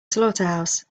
slaughterhouse